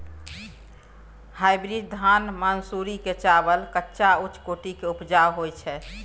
Hybrid धान मानसुरी के चावल अच्छा उच्च कोटि के उपजा होय छै?